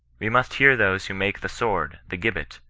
we must hear those who make the sword, the gibbet,